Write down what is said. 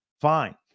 fine